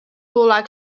like